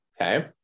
Okay